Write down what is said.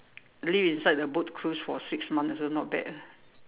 live inside the boat cruise for six months also not bad ah